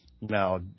Now